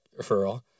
referral